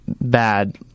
Bad